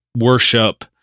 worship